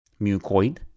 mucoid